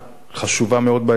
חשובה מאוד באזור,